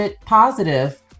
positive